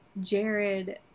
Jared